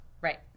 Right